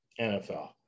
NFL